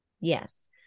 Yes